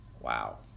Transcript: Wow